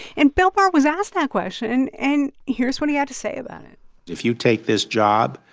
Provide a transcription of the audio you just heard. and bill barr was asked that question. and here's what he had to say about it if you take this job,